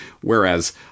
whereas